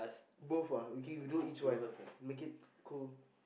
both ah okay we do each one make it cool